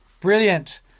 Brilliant